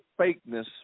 fakeness